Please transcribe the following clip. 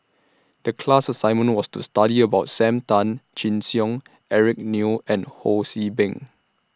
The class assignment was to study about SAM Tan Chin Siong Eric Neo and Ho See Beng